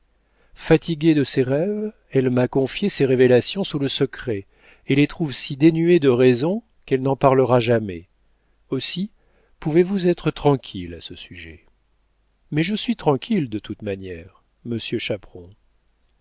fatiguée de ses rêves elle m'a confié ces révélations sous le secret et les trouve si dénuées de raison qu'elle n'en parlera jamais aussi pouvez-vous être tranquille à ce sujet mais je suis tranquille de toute manière monsieur chaperon